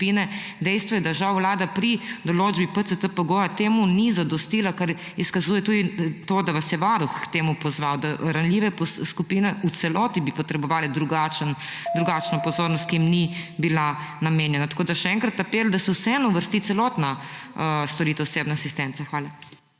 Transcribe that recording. Dejstvo je, da žal vlada pri določbi PCT-pogoja temu ni zadostila, kar izkazuje tudi to, da vas je Varuh k temu pozval, da bi ranljive skupine v celoti potrebovale drugačno pozornost, ki jim ni bila namenjena. Še enkrat apel, da se vseeno uvrsti celotna storitev osebne asistence. Hvala.